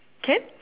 can